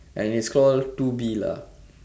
and it's call two B lah